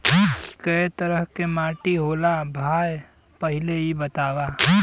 कै तरह के माटी होला भाय पहिले इ बतावा?